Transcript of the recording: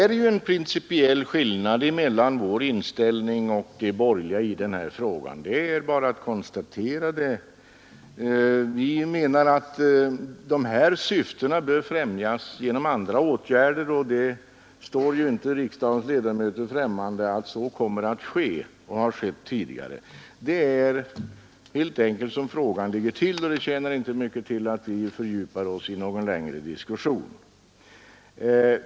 r en principiell skillnad mellan vår inställning och de regionalpolitiskt borgerligas i den här frågan, det är bara att konstatera. Vi menar att dessa instrument, m.m. syften bör främjas genom andra åtgärder. Det står ju inte riksdagens ledamöter främmande att så kommer att ske liksom det har skett tidigare. Så ligger helt enkelt frågan till, och det tjänar därför inte mycket till att vi fördjupar oss i någon längre diskussion.